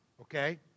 okay